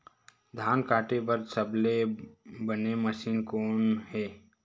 धान काटे बार सबले बने मशीन कोन हे?